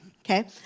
Okay